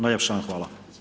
Najljepša vam hvala.